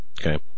Okay